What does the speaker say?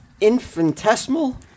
infinitesimal